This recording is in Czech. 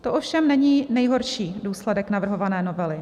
To ovšem není nejhorší důsledek navrhované novely.